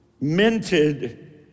minted